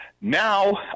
now